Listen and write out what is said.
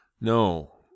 No